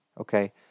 okay